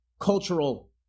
cultural